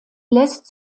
lässt